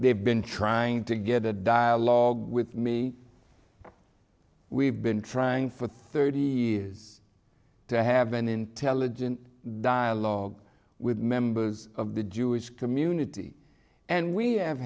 have been trying to get a dialogue with me we've been trying for thirty years to have an intelligent dialogue with members of the jewish community and we have